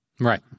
Right